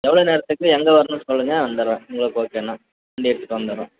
எவ்வளோ நேரத்துக்கு எங்கே வரணும்னு சொல்லுங்க வந்துடறேன் உங்களுக்கு ஓகேன்னால் வண்டியை எடுத்துட்டு வந்துடறேன்